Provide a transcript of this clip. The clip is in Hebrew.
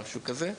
משהו כזה.